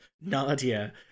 nadia